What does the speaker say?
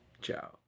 Ciao